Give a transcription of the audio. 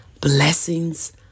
blessings